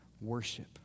Worship